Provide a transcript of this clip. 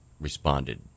responded